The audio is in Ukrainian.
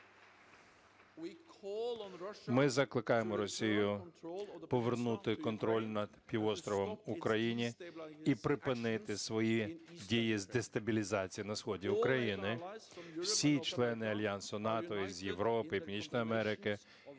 Ми закликаємо Росію повернути контроль над півостровом Україні і припинити свої дії з дестабілізації на сході України. Всі члени Альянсу НАТО: і з Європи, і Північної Америки